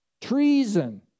treason